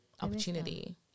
Opportunity